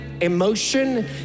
emotion